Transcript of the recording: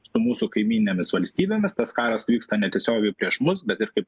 su mūsų kaimyninėmis valstybėmis tas karas vyksta ne tiesiogiai prieš mus bet ir kaip